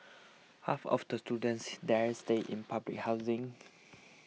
half of the students there stay in public housing